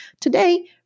Today